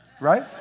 Right